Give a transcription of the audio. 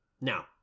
now